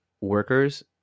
workers